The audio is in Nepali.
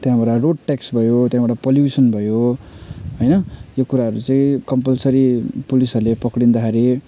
त्यहाँबाट रोड ट्याक्स भयो त्यहाँबाट पल्युसन भयो होइन यो कुराहरू चाहिँ कम्पलसरी पुलिसहरूले पक्रिँदाखेरि